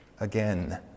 again